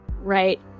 Right